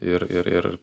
ir ir ir